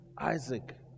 Isaac